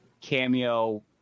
cameo